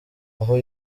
aho